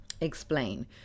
Explain